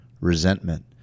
resentment